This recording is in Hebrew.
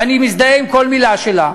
ואני מזדהה עם כל מילה שלה,